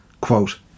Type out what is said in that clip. quote